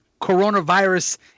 coronavirus